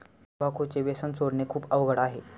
तंबाखूचे व्यसन सोडणे खूप अवघड आहे